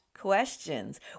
questions